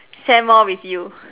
share more with you